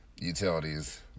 utilities